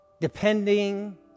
Depending